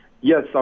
Yes